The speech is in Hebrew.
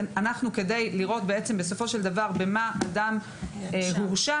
כדי לראות בסופו של דבר במה אדם הורשע,